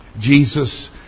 Jesus